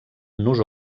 nus